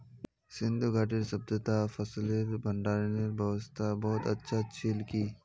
सिंधु घाटीर सभय्तात फसलेर भंडारनेर व्यवस्था बहुत अच्छा छिल की